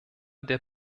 der